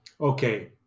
Okay